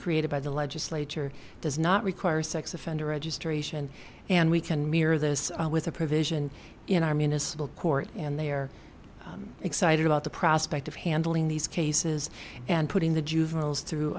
created by the legislature does not require sex offender registration and we can mirror this with a provision in our municipal court and they are excited about the prospect of handling these cases and putting the juveniles through